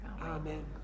Amen